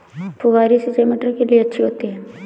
फुहारी सिंचाई मटर के लिए अच्छी होती है?